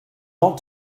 want